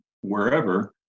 wherever